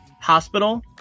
hospital